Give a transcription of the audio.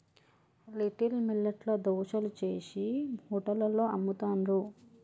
little millet ల దోశలు చేశి హోటళ్లలో అమ్ముతాండ్రు